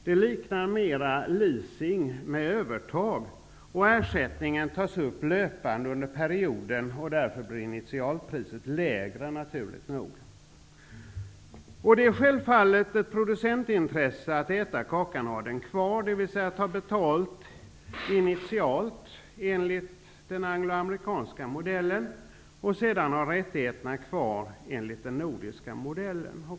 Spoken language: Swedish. Det liknar leasing med övertagande. Ersättningen tas ut löpande under perioden, och därför blir initialpriset naturligt nog lägre. Det är självfallet ett producentintresse att både äta kakan och ha den kvar, dvs. ta betalt initialt enligt den angloamerikanska modellen och sedan ha rättigheterna kvar enligt den nordiska modellen.